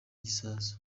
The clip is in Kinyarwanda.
gisasu